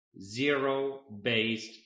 Zero-based